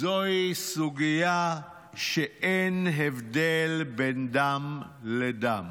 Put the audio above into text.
זוהי סוגיה שבה אין הבדל בין דם לדם,